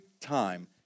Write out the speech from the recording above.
time